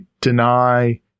deny